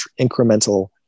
incremental